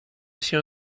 się